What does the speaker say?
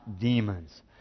demons